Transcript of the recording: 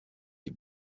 des